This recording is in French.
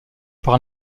par